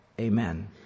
Amen